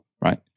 right